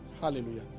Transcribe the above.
Hallelujah